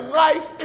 life